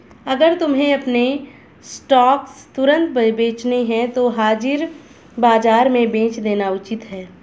अगर तुम्हें अपने स्टॉक्स तुरंत बेचने हैं तो हाजिर बाजार में बेच देना उचित है